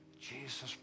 Jesus